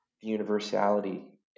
universality